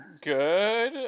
Good